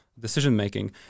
decision-making